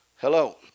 Hello